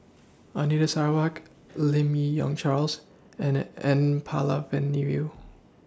Anita Sarawak Lim Me Yong Charles and N Palanivelu